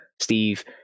Steve